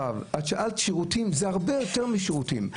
שאלת על שירותים, זה הרבה יותר משירותים.